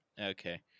Okay